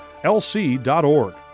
lc.org